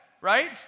right